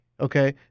okay